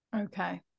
Okay